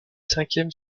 cinquième